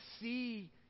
see